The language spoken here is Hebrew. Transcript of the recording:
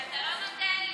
כי אתה לא נותן לי.